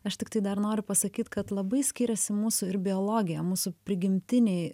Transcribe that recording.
aš tiktai dar noriu pasakyt kad labai skiriasi mūsų ir biologija mūsų prigimtiniai